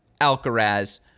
Alcaraz